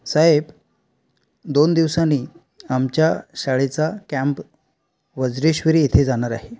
साहेब दोन दिवसांनी आमच्या शाळेचा कॅम्प वज्रेश्वरी येथे जाणार आहे